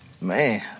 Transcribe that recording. man